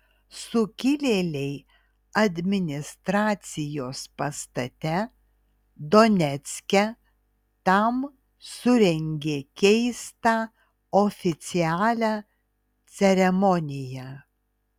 sukilėliai administracijos pastate donecke tam surengė keistą oficialią ceremoniją